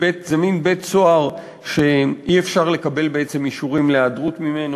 זה מין בית-סוהר שאי-אפשר לקבל בעצם אישורים להיעדרות ממנו,